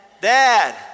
dad